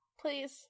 Please